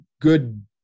good